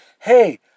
hey